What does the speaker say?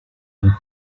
him